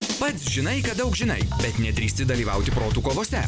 pats žinai kad daug žinai bet nedrįsti dalyvauti protų kovose